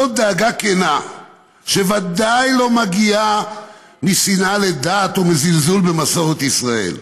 זו דאגה כנה שוודאי לא מגיעה משנאה לדת או מזלזול במסורת ישראל.